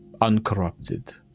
uncorrupted